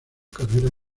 carrera